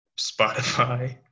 Spotify